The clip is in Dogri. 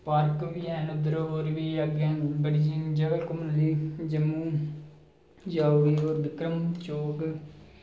पार्क बी हैन उद्धर होर बी अग्गै बड़ियां जगहां जेह्ड़ियां घुम्मने आह्ली जगह जम्मू जाओ ओह् बिक्रम चौक